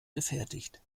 gefertigt